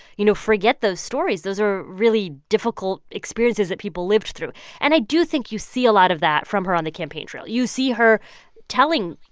you know, forget those stories. those are really difficult experiences that people lived through and i do think you see a lot of that from her on the campaign trail. you see her telling,